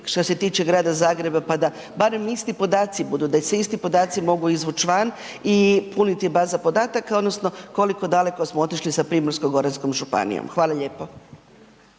što se tiče grada Zagreba pa da barem isti podaci budu, da se isti podaci mogu izvuć van i puniti baza podataka odnosno koliko daleko smo otišli sa Primorsko-goranskom županijom, hvala lijepo.